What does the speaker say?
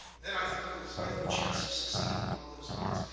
then i think there's very little chance of succeeding along those lines.